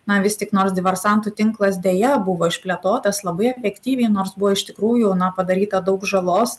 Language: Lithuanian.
na vis tik nors diversantų tinklas deja buvo išplėtotas labai efektyviai nors buvo iš tikrųjų na padaryta daug žalos